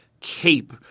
cape